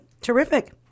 Terrific